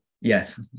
Yes